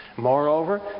Moreover